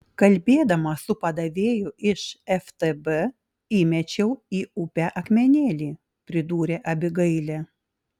kalbėdama su padavėju iš ftb įmečiau į upę akmenėlį pridūrė abigailė